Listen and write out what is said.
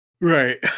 Right